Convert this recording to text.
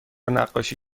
نقاشی